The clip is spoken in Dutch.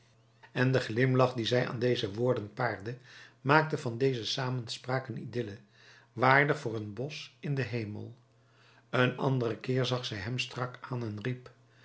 en de glimlach dien zij aan deze woorden paarde maakte van deze samenspraak een idylle waardig voor een bosch in den hemel een anderen keer zag zij hem strak aan en riep